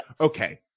Okay